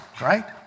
right